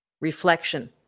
reflection